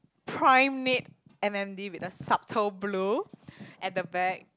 primate N_M_D with a subtle blue at the back